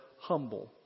humble